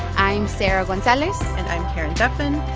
i'm sarah gonzalez and i'm karen duffin.